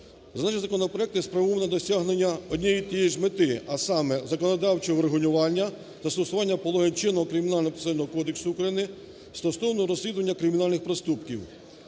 Задача законопроектів спрямована на досягнення однієї і тієї ж мети, а саме законодавчого врегулювання застосування, застосування положень чинного Кримінального процесуального кодексу України стосовно розслідування кримінальних проступків.